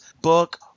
book